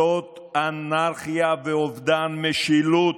זאת אנרכיה וזה אובדן משילות,